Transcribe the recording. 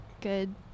good